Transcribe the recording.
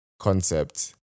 concept